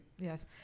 yes